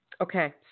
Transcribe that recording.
Okay